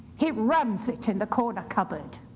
he rams it in the corner cupboard.